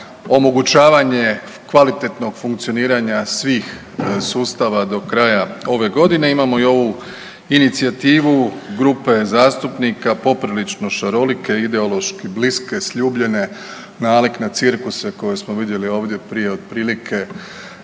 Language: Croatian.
omogućavanje kvalitetnog funkcioniranje svih sustava do kraja ove godine imamo i ovu inicijativu grupe zastupnika poprilično šarolike, ideološki bliske, sljubljene, nalik na cirkuse koje smo vidjeli ovdje prije otprilike